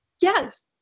Yes